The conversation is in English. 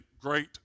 great